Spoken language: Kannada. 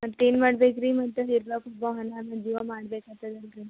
ಮತ್ತೇನು ಮಾಡ್ಬೇಕು ರೀ ಮತ್ತ ಇರ್ಲಾಕೆ ಒಬ್ಬ ಮಗ ಅದಾನೆ ಜೀವ ಮಾಡ್ಬೇಕು ಆಗ್ತದೆ ಅಲ್ಲರಿ